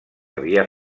havia